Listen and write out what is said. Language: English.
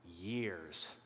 years